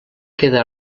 queda